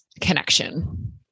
connection